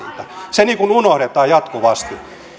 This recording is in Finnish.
se niin kuin unohdetaan jatkuvasti